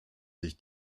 sich